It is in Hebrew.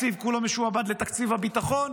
התקציב כולו משועבד לתקציב הביטחון,